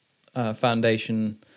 foundation